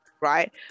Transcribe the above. right